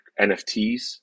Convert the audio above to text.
NFTs